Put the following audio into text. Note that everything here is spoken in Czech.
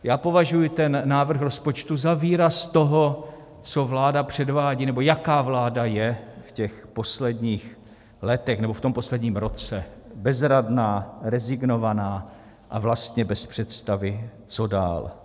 Já považuji ten návrh rozpočtu za výraz toho, co vláda předvádí, nebo jaká vláda je v těch posledních letech nebo v tom posledním roce bezradná, rezignovaná a vlastně bez představy, co dál.